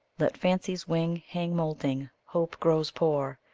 let fancy's wings hang moulting, hope grow poor,